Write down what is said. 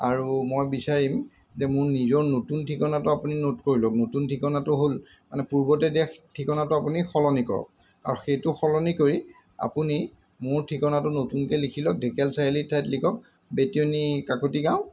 আৰু মই বিচাৰিম যে মোৰ নিজৰ নতুন ঠিকনাটো আপুনি নোট কৰি লওক নতুন ঠিকনাটো হ'ল মানে পূৰ্বতে দিয়া ঠিকনাটো আপুনি সলনি কৰক আৰু সেইটো সলনি কৰি আপুনি মোৰ ঠিকনাটো নতুনকৈ লিখি লওক ঢেকীয়াল চাৰিআলিৰ ঠাইত লিখক বেতিয়নী কাকতি গাঁও